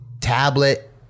tablet